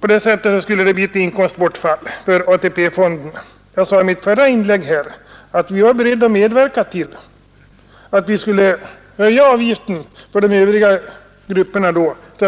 På det sättet skulle det bli ett inkomstbortfall för AP-fonden. Jag sade i mitt första inlägg att vi var beredda att medverka till att höja avgiften för de övriga grupperna för